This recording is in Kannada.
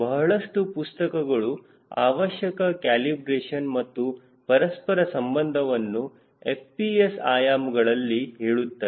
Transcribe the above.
ಬಹಳಷ್ಟು ಪುಸ್ತಕಗಳು ಅವಶ್ಯಕ ಕ್ಯಾಲಿಬ್ರೇಶನ್ ಹಾಗೂ ಪರಸ್ಪರ ಸಂಬಂಧವನ್ನು FPS ಆಯಾಮಗಳಲ್ಲಿ ಹೇಳುತ್ತವೆ